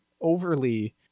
overly